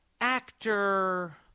actor